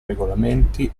regolamenti